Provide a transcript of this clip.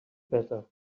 better